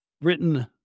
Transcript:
written